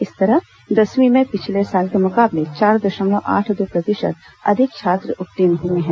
इसी तरह दसवीं में पिछले साल के मुकाबले चार दशमलव आठ दो प्रतिशत अधिक छात्र उत्तीर्ण हुए हैं